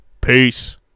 peace